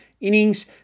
innings